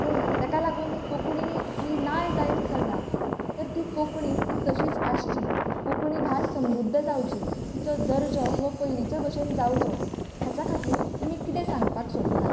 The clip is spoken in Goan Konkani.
पूण ताका लागून कोंकणी ही ना जायत चल्ला तर ती कोंकणी ही तशीच आसची कोंकणी भास समृद्द जावची तिचो दर्जो हो पयलीचे भशेन जावचो हाच्या खातीर तुमी कितें सांगपाक सोदतात